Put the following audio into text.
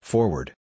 Forward